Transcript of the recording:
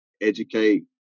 educate